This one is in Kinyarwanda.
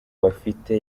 bafite